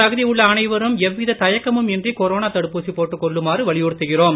தகுதி உள்ள அனைவரும் எவ்வித தயக்கமும் இன்றி கொரோனா தடுப்பூசி போட்டுக் கொள்ளுமாறு வலியுறுத்துகிறோம்